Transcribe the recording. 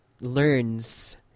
learns